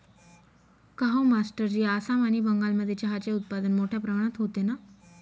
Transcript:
काहो मास्टरजी आसाम आणि बंगालमध्ये चहाचे उत्पादन मोठया प्रमाणात होते ना